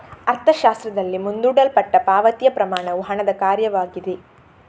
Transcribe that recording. ಅರ್ಥಶಾಸ್ತ್ರದಲ್ಲಿ, ಮುಂದೂಡಲ್ಪಟ್ಟ ಪಾವತಿಯ ಪ್ರಮಾಣವು ಹಣದ ಕಾರ್ಯವಾಗಿದೆ